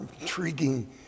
intriguing